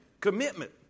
Commitment